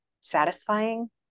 satisfying